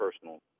personal